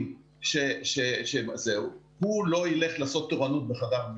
הוא יושב-ראש ארגון הפנימאים.